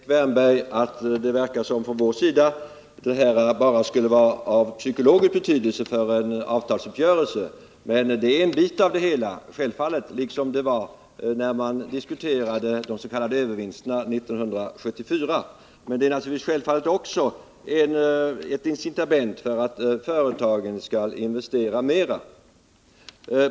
Fru talman! Nu säger herr Wärnberg att det verkar som om vi för vår del skulle anse att den här propositionen endast har psykologisk betydelse för en avtalsuppgörelse. Det är självfallet en bit av det hela, liksom det var när man diskuterade de s.k. övervinsterna 1974. Men det är naturligtvis också ett incitament för företagen att investera mer.